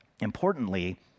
importantly